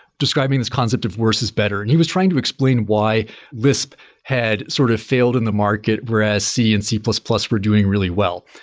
describing this concept of worse is better. and he was trying to explain why lisp had sort of failed in the market, whereas c and c plus plus were doing really well.